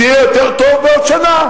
זה יהיה יותר טוב בעוד שנה?